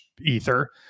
Ether